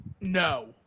No